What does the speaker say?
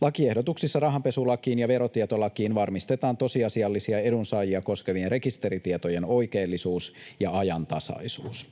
Lakiehdotuksissa rahanpesulakiin ja verotietolakiin varmistetaan tosiasiallisia edunsaajia koskevien rekisteritietojen oikeellisuus ja ajantasaisuus.